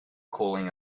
cooling